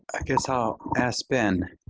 i guess i'll ask ben.